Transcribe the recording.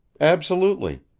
Absolutely